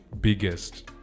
biggest